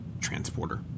transporter